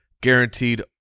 guaranteed